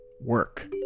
work